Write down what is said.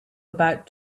about